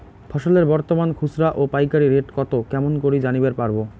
ফসলের বর্তমান খুচরা ও পাইকারি রেট কতো কেমন করি জানিবার পারবো?